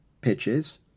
pitches